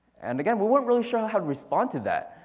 and again we weren't really sure how to respond to that.